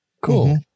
Cool